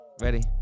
Ready